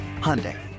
Hyundai